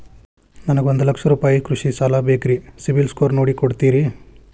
ನನಗೊಂದ ಲಕ್ಷ ರೂಪಾಯಿ ಕೃಷಿ ಸಾಲ ಬೇಕ್ರಿ ಸಿಬಿಲ್ ಸ್ಕೋರ್ ನೋಡಿ ಕೊಡ್ತೇರಿ?